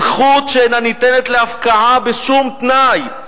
זכות שאינה ניתנת להפקעה בשום תנאי,